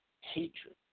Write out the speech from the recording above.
hatred